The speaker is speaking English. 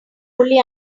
fully